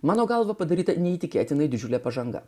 mano galva padaryta neįtikėtinai didžiulė pažanga